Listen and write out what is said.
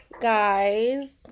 guys